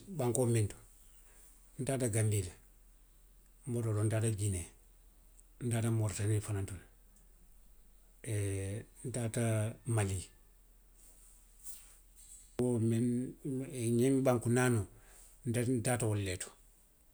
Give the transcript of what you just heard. Bankoo minnu to, ntaata ganbii le, nbota woto ntaata ginee, ntaata mootitanii fanaŋ to le, ntaata mali. boŋ, ňiŋ banku naanoolu. nte, ntaata wolu le to.